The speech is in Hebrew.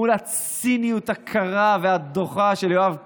מול הציניות הקרה והדוחה של יואב קיש,